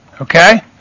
Okay